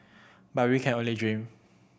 but we can only dream